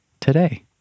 today